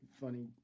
funny